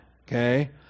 okay